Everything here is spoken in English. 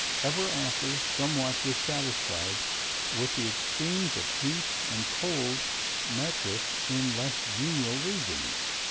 ever after, somewhat dissatisfied with the extremes of heat and cold met with in less genial regions.